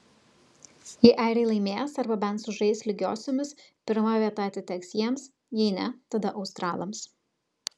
jei airiai laimės arba bent sužais lygiosiomis pirma vieta atiteks jiems jei ne tada australams